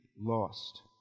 lost